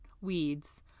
weeds